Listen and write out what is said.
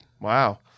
Wow